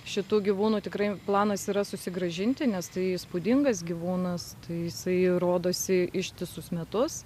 šitų gyvūnų tikrai planas yra susigrąžinti nes tai įspūdingas gyvūnas tai jisai rodosi ištisus metus